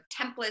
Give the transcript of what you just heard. templates